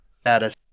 status